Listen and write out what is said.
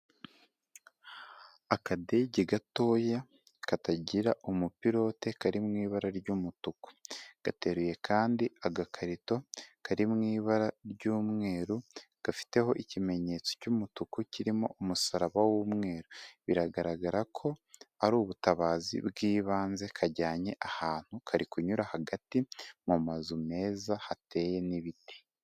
Akadege gatoya katagira umupilote kari mu ibara ry'umutuku, gateruye kandi agakarito kari mu ibara ry'umweru, gafiteho ikimenyetso cy'umutuku kirimo umusaraba w'umweru, biragaragara ko ari ubutabazi bw'ibanze kajyanye ahantu, kari kunyura hagati mu mazu meza hateye n'ibiti.